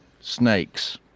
snakes